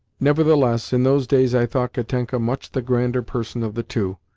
nevertheless, in those days i thought katenka much the grander person of the two,